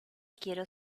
quiero